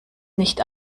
nicht